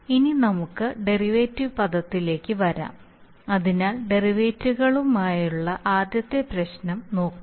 ഇനി നമുക്ക് ഡെറിവേറ്റീവ് പദത്തിലേക്ക് വരാം അതിനാൽ ഡെറിവേറ്റീവുകളുമായുള്ള ആദ്യത്തെ പ്രശ്നം നോക്കാം